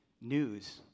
news